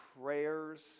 prayers